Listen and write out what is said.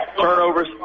Turnovers